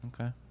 Okay